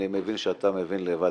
אני מבין שאתה מבין לבד,